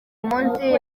munsi